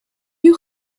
you